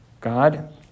God